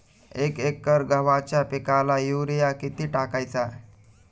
एक एकर गव्हाच्या पिकाला युरिया किती टाकायचा?